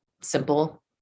simple